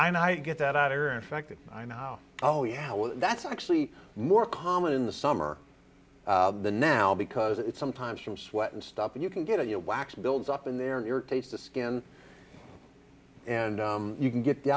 i get that out here in fact i now oh yeah well that's actually more common in the summer the now because it's sometimes from sweat and stuff and you can get your wax builds up in there irritates the skin and you can get the